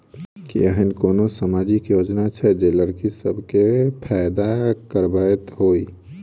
की एहेन कोनो सामाजिक योजना छै जे लड़की सब केँ फैदा कराबैत होइ?